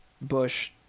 Bush